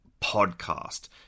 podcast